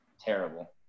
Terrible